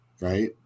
right